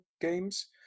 Games